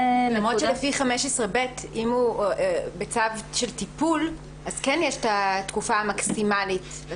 למרות שלפי 15(ב) אם הוא בצו של טיפול אז כן יש את התקופה המקסימלית.